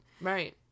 Right